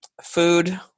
food